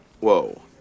Whoa